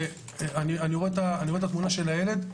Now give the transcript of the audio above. אני רואה את התמונה של הילד,